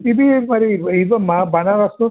ఇది పరి ఇవ్వమ్మా బెనారస్సూ